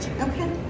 Okay